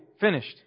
finished